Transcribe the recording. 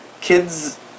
kids